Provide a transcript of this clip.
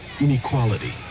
inequality